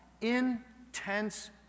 intense